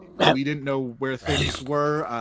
we didn't know where things were.